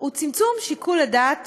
הוא צמצום שיקול הדעת